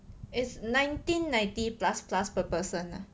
it's nineteen ninety plus plus per person